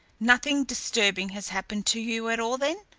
nothing disturbing has happened to you at all, then?